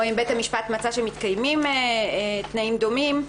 או אם בית המשפט מצא שמתקיימים תנאים דומים,